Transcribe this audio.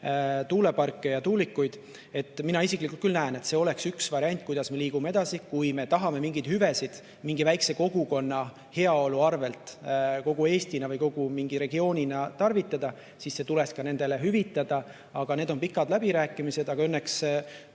tuuleparke ja tuulikuid. Mina isiklikult näen, et see oleks üks variant, kuidas edasi liikuda, kui me tahame mingeid hüvesid mingi väikese kogukonna heaolu arvel kogu Eesti või kogu regioonina tarvitada. See tuleks nendele hüvitada. Need on pikad läbirääkimised. Õnneks